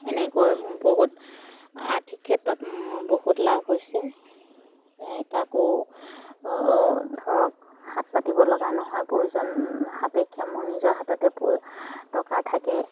এনেকৈ মোৰ বহুত আৰ্থিক ক্ষেত্ৰত মোৰ বহুত লাভ হৈছে কাকো ধৰক হাত পাতিব লগা নহয় প্ৰয়োজন সাপেক্ষে মোৰ নিজৰ হাততে প টকা থাকে